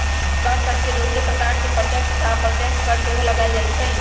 कर सभके दोसरो प्रकार में प्रत्यक्ष तथा अप्रत्यक्ष कर सेहो लगाएल जाइ छइ